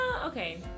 Okay